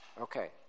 Okay